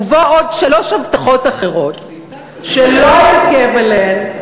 ובו עוד שלוש הבטחות אחרות שלא אתעכב עליהן,